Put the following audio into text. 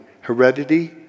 Heredity